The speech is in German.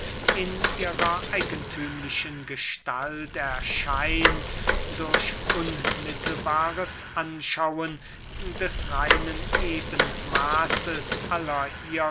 in ihrer eigenthümlichen gestalt erscheint durch unmittelbares anschauen des reinen ebenmaßes aller